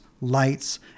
lights